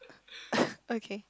okay